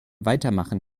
weitermachen